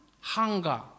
hunger